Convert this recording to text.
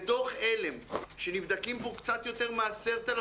בדוח על"ם, שנבדקים בו קצת יותר מ-10,000